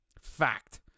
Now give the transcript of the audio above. Fact